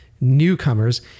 newcomers